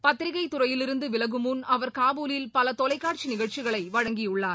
பத்திரிக்கை துறையிலிருந்து விலகுமுன் அவர் காபூலில் பல தொலைக்கா்ட்சி நிகழ்ச்சிகளை வழங்கியுள்ளார்